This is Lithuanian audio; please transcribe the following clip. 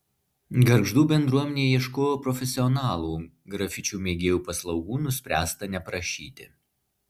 gargždų bendruomenė ieškojo profesionalų grafičių mėgėjų paslaugų nuspręsta neprašyti